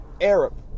Arab